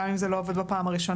גם אם זה לא עובד בפעם הראשונה,